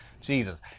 Jesus